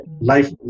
life